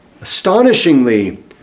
astonishingly